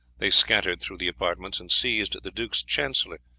they scattered through the apartments and seized the duke's chancellor,